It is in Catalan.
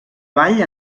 vall